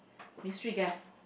mystery guest